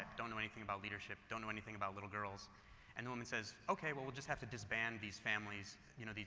don't know anything about leadership, don't know anything about little girls and the woman says, okay. well, we'll just have to does ban these families, you know,